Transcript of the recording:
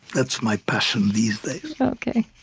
that's my passion these days ok.